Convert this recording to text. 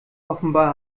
offenbar